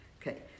Okay